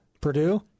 Purdue